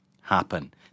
happen